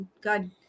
God